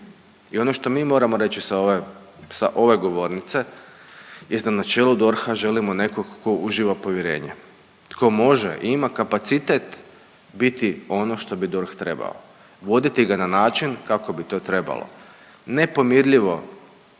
I ono što mi moramo reći sa ove govornice jest da na čelu DORH-a želimo nekog tko ima povjerenje. Tko može i ima kapacitet biti ono što bi DORH trebao. Voditi ga na način kako bi to trebalo. Nepomirljivo